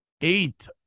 Eight